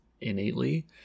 innately